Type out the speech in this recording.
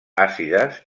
àcides